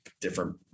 different